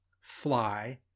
fly